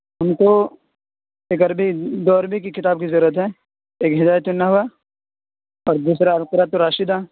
ہم کو ایک عربی دو عربی کی کتاب کی ضرورت ہے ایک ہدایت النحو اور دوسرا القراۃ الراشدہ